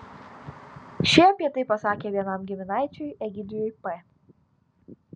šie apie tai pasakė vienam giminaičiui egidijui p